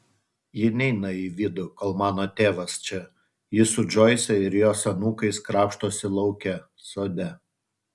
ji neina į vidų kol mano tėvas čia ji su džoise ir jos anūkais krapštosi lauke sode